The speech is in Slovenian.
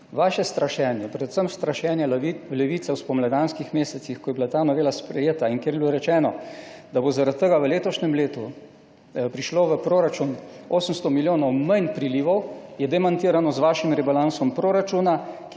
Vaše strašenje, predvsem strašenje Levice v spomladanskih mesecih, ko je bila ta novela sprejeta in kjer je bilo rečeno, da bo zaradi tega v letošnjem letu prišlo v proračun 800 milijonov manj prilivov je demantirano z vašim rebalansom proračuna,